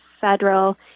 federal